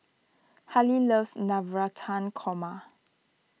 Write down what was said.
Hali loves Navratan Korma